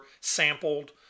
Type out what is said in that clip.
sampled